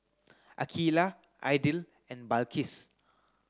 Aqeelah Aidil and Balqis